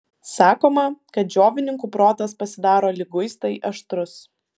sakoma kad džiovininkų protas pasidaro liguistai aštrus